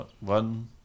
one